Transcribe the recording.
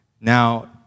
Now